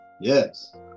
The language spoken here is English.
Yes